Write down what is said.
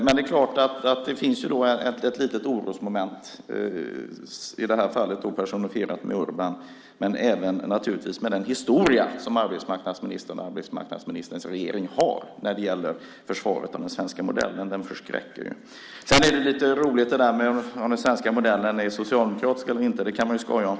Men det är klart att det finns ett litet orosmoment, i det här fallet personifierat av Urban. Det gäller naturligtvis även den historia som arbetsmarknadsministern och arbetsmarknadsministerns regering har när det gäller försvaret av den svenska modellen. Den förskräcker ju. Detta om den svenska modellen är socialdemokratisk eller inte är lite roligt. Det kan man skoja om.